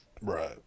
Right